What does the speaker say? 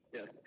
Yes